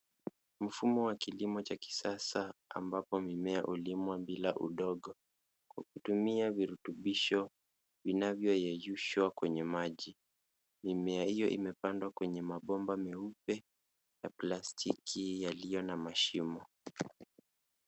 Mfumo wa kilimo cha kisasa ambapo mimea hulimwa bila udongo kwa kutumia virutubisho vinavyoyeyushwa kwenye maji. Mimea hiyo imepandwa kwenye mabomba meupe ya plastiki yaliyo na mashimo.